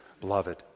beloved